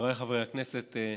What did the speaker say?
חבריי חברי הכנסת,